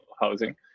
housing